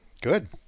Good